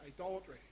idolatry